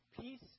Peace